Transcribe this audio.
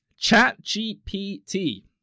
ChatGPT